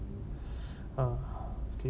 ah